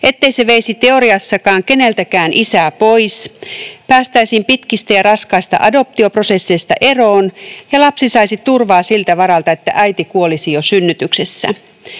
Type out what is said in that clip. ettei se veisi teoriassakaan keneltäkään isää pois, päästäisiin pitkistä ja raskaista adoptioprosesseista eroon ja lapsi saisi turvaa siltä varalta, että äiti kuolisi jo synnytyksessä.